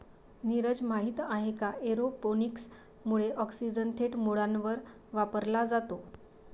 नीरज, माहित आहे का एरोपोनिक्स मुळे ऑक्सिजन थेट मुळांवर वापरला जातो